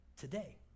today